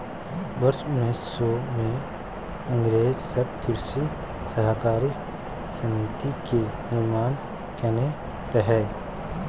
वर्ष उन्नैस सय मे अंग्रेज सब कृषि सहकारी समिति के निर्माण केने रहइ